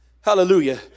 Hallelujah